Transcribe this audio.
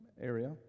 area